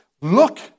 Look